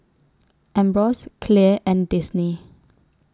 Ambros Clear and Disney